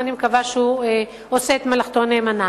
ואני מקווה שהוא עושה את מלאכתו נאמנה.